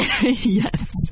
Yes